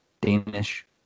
Danish